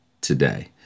today